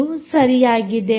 ಇದು ಸರಿಯಾಗಿದೆ